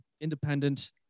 independent